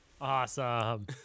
Awesome